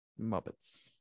Muppets